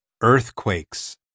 Earthquakes